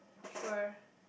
sure